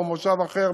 או במושב אחר,